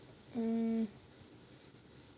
hmm